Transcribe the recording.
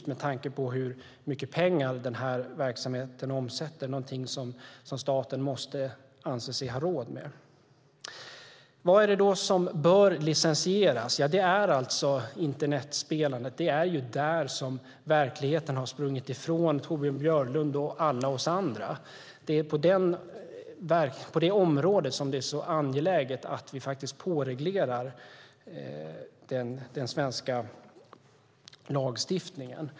Med tanke på hur mycket pengar den här verksamheten omsätter är det något som staten måste anse sig ha råd med. Vad bör licensieras? Det är internetspelandet. Det är där som verkligheten har sprungit ifrån Torbjörn Björlund och alla oss andra. Det är på det området som det är så angeläget att vi påreglerar den svenska lagstiftningen.